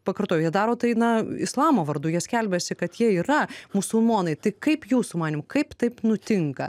pakartoju jie daro tai na islamo vardu jie skelbiasi kad jie yra musulmonai tai kaip jūsų manymu kaip taip nutinka